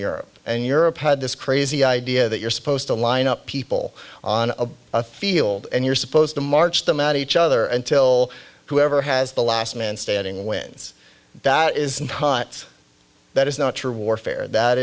europe and europe had this crazy idea that you're supposed to line up people on a field and you're supposed to march them out each other until whoever has the last man standing wins that isn't hot that is not true warfare that